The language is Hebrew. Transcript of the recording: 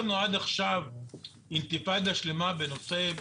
כן, בוודאי.